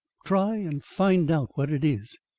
try and find out what it is.